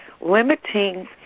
limiting